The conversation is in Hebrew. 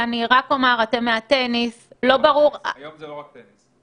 היד כבר לא כואבת לו, הוא כבר לא צריך ניתוח בכתף.